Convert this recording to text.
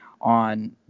on